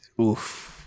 Oof